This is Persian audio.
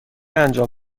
انجام